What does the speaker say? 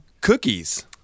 cookies